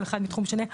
כל אחד מתחום שונה,